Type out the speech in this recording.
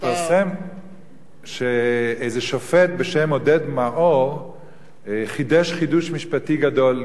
התפרסם שאיזה שופט בשם עודד מאור חידש חידוש משפטי גדול.